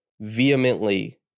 vehemently